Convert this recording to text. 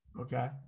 Okay